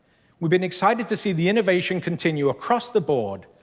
we've been excited to see the innovation continue across the board,